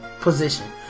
Position